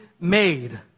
made